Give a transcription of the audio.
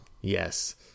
Yes